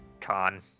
Con